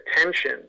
attention